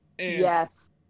yes